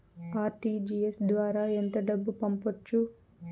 RTGS ద్వారా ఎంత డబ్బు పంపొచ్చు?